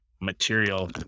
material